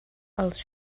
els